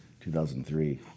2003